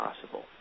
possible